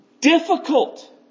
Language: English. Difficult